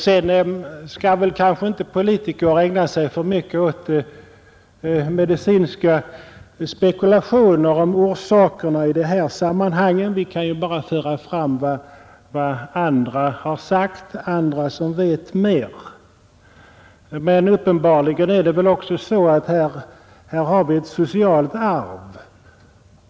Politiker skall kanske inte ägna sig alltför mycket åt medicinska spekulationer om orsakerna i de här sammanhangen. Vi kan bara föra fram vad som sagts av andra som vet mera. Uppenbarligen är det väl så att vi här har att göra med ett socialt arv.